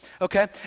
okay